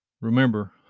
remember